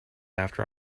after